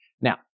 Now